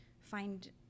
find